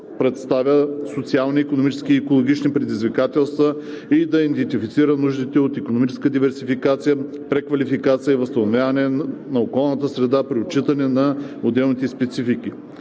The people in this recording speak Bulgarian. представя социалните, икономическите и екологичните предизвикателства и да идентифицира нуждите от икономическа диверсификация, преквалификация и възстановяване на околната среда при отчитане на отделните специфики.